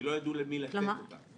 כי לא ידעו למי לתת אותם.